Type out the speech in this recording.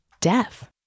death